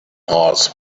hearts